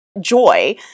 joy